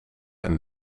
een